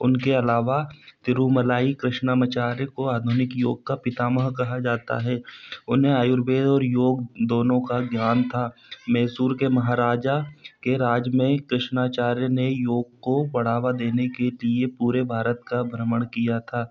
उनके अलावा तिरुमलाई कृष्णामचार्य को आधुनिक योग का पितामह कहा जाता है उन्हे आयुर्वेद और योग दोनों का ज्ञान था मैसूर के महाराजा के राज मे कृष्णाचार्य ने योग को बढ़ावा देने के दिए पूरे भारत का भ्रमण किया था